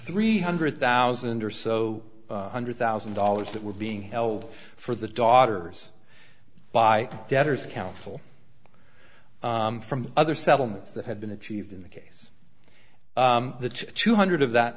three hundred thousand or so hundred thousand dollars that were being held for the daughters by debtors council from the other settlements that had been achieved in the case the two hundred of that